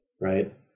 right